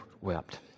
wept